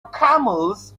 camels